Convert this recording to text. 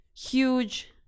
huge